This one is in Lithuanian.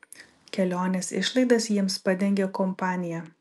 kelionės išlaidas jiems padengė kompanija